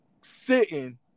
sitting